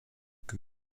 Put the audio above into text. que